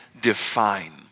define